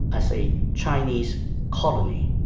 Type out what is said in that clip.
as a chinese colony,